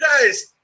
guys